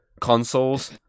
consoles